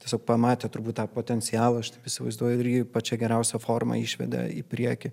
tiesiog pamatė turbūt tą potencialą aš taip įsivaizduoju ir jį pačią geriausią formą išveda į priekį